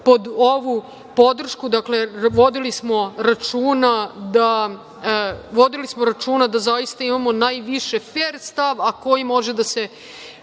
pod ovu podršku. Dakle, vodili smo računa da zaista imamo najviše fer stav, a koji može da se